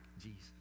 Jesus